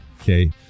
Okay